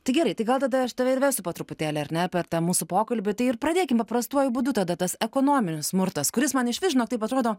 tai gerai tai gal tada aš tave ir vesiu po truputėlį ar ne per tą mūsų pokalbį tai ir pradėkim paprastuoju būdu tada tas ekonominis smurtas kuris man išvis žinok taip atrodo